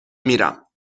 میرم